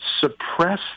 suppress